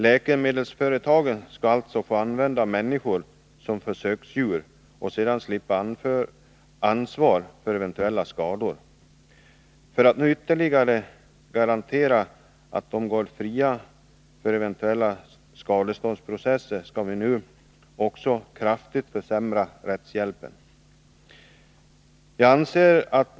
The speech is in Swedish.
Läkemedelsföretagen skall alltså få använda människor som försöksdjur och sedan slippa ansvar för eventuella skador. För att ytterligare garantera att de går fria från eventuella skadeståndsprocesser skall vi nu också kraftigt försämra rättshjälpen!